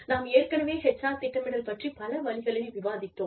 நாம் ஏற்கனவே HR திட்டமிடல் பற்றிப் பல வழிகளில் விவாதித்தோம்